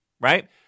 right